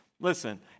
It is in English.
Listen